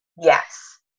Yes